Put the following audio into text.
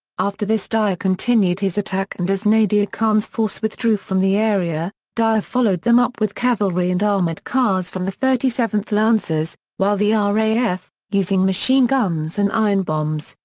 after this dyer continued his attack and as nadir khan's force withdrew from the area, dyer followed them up with cavalry and armoured cars from the thirty seventh lancers, while the ah raf, using machine guns and iron bombs,